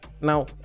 Now